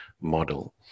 model